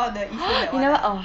orh the yishun